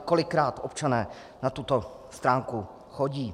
Kolikrát občané na tuto stránku chodí?